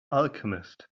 alchemist